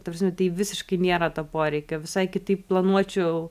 ta prasme tai visiškai nėra to poreikio visai kitaip planuočiau